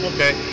Okay